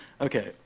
Okay